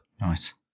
Nice